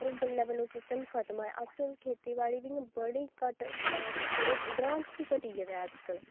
पर हून बल्लें बल्लें हून ओह् सिस्टम खत्म ऐ अज्ज कल खेती बाड़ी बी हून बडी घट्ट ग्रांऽ च थोह्ड़े ग्रांऽ च बी घट्टी गेदा ऐ अज्ज कल